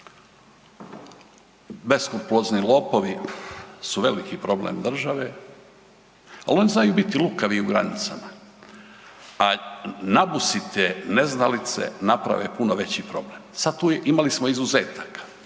beskrupulozni lopovi su veliki problem države, a oni znaju biti i lukavi i u granicama, a nabusite neznalice naprave puno veći problem. Sad tu, imali smo izuzetaka,